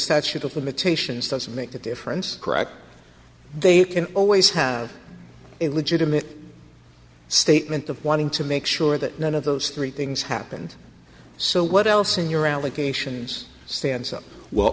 statute of limitations doesn't make a difference correct they can always have illegitimate statement of wanting to make sure that none of those three things happened so what else in your